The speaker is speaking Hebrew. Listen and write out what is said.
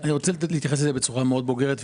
אני רוצה להתייחס לזה בצורה מאוד בוגרת,